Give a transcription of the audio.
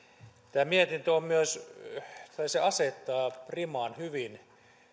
tämä mietintö asettaa riman hyvin